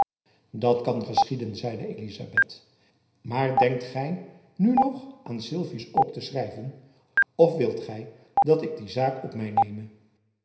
dat kan geschieden zeide elizabeth maar denkt gy nu nog aan sylvius ook te schrijven of wilt gy dat ik die taak op my neme